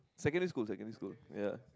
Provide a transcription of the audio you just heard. secondary school secondary school ya